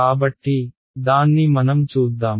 కాబట్టి దాన్ని మనం చూద్దాం